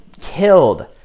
killed